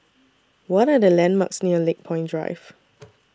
What Are The landmarks near Lakepoint Drive